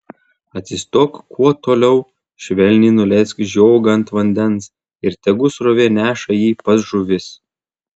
atsistok kuo toliau švelniai nuleisk žiogą ant vandens ir tegu srovė neša jį pas žuvis